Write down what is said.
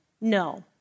No